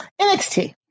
NXT